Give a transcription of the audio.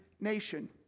nation